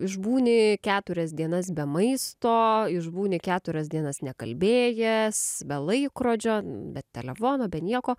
išbūni keturias dienas be maisto išbūni keturias dienas nekalbėjęs be laikrodžio bet telefono be nieko